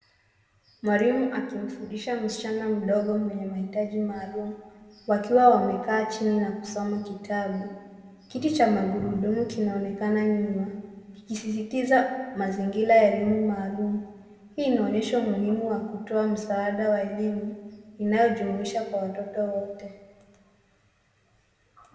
Mwalimu anamfundisha msichana mdogo mwenye mahitaji maalum wakiwa wamekaa chini na kusoma kitabu. Kiti cha magurudumu kinaonekana nyuma kikisisitiza mazingira ya elimu maalum. Hii inaonyesha umuhimu wa kutoa msaada wa elimu inayojumuisha kwa watoto wote.